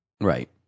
Right